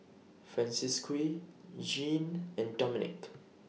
Francisqui Jeane and Dominick